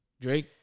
Drake